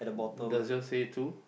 does yours say it too